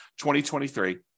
2023